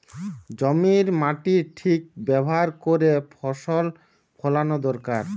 জমির মাটির ঠিক ব্যাভার কোরে ফসল ফোলানো দোরকার